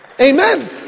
Amen